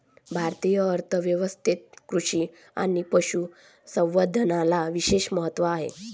भारतीय अर्थ व्यवस्थेत कृषी आणि पशु संवर्धनाला विशेष महत्त्व आहे